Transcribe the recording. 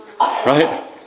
Right